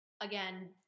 Again